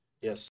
Yes